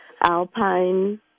Alpine